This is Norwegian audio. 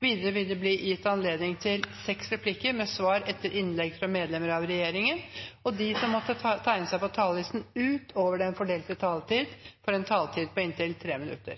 Videre vil det bli gitt anledning til seks replikker med svar etter innlegg fra medlemmer av regjeringen, og de som måtte tegne seg på talerlisten utover den fordelte taletid, får en taletid på inntil 3 minutter.